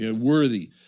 worthy